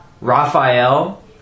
Raphael